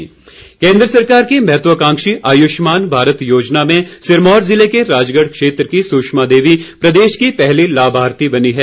आयष्मान केंद्र सरकार की महत्वकांक्षी आय्ष्मान भारत योजना में सिरमौर ज़िले के राजगढ़ क्षेत्र की सुषमा देवी प्रदेश की पहली लाभार्थी बनी है